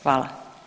Hvala.